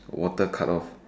water cut off